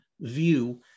view